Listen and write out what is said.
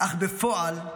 אך בפועל,